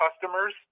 customers